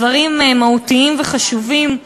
דברים מהותיים וחשובים,